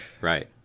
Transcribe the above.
right